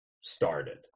started